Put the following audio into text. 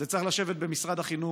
זה צריך לשבת במשרד החינוך.